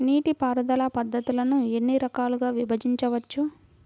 నీటిపారుదల పద్ధతులను ఎన్ని రకాలుగా విభజించవచ్చు?